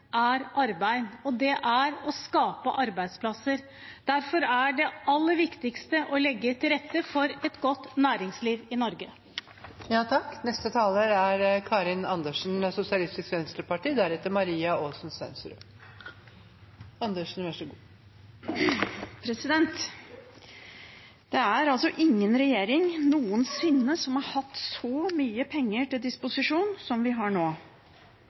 er arbeid og det å skape arbeidsplasser. Derfor er det aller viktigste å legge til rette for et godt næringsliv i Norge. Det er ingen regjering noensinne som har hatt så mye penger til disposisjon som den som er nå. Allikevel er det altså